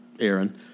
Aaron